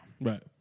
Right